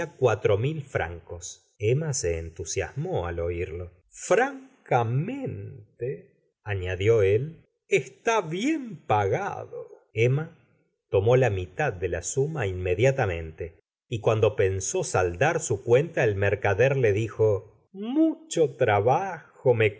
cuatro mil francos emma se entusiasmó al oírlo francamente añadió él está bien pagada emma tomó la mitad de la suma inmediatamente y cuando pensó saldar su cuenta el mercader le dijo mucho trabajo